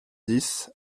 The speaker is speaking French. dix